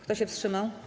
Kto się wstrzymał?